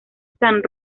san